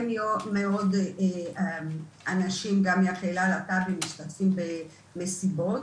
מאוד אנשים גם מהקהילה הלהט"בית משתתפים במסיבות,